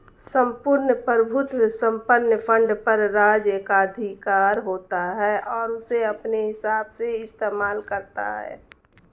सम्पूर्ण प्रभुत्व संपन्न फंड पर राज्य एकाधिकार होता है और उसे अपने हिसाब से इस्तेमाल करता है